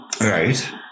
Right